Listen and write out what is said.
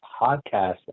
podcast